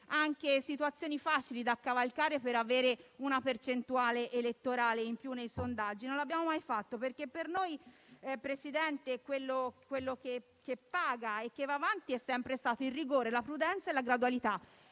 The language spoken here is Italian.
anche situazioni facili da cavalcare per avere una percentuale elettorale in più nei sondaggi; non lo abbiamo mai fatto perché per noi quello che paga è sempre stato il rigore, la prudenza e la gradualità.